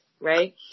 right